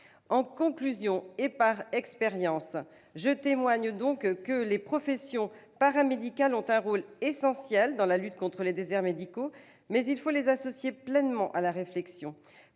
En conclusion, et par expérience, je témoigne donc que les professions paramédicales ont un rôle essentiel dans la lutte contre les déserts médicaux. Mais il faut les associer pleinement à la réflexion